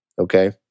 Okay